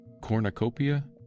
cornucopia